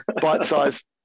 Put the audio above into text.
bite-sized